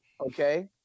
okay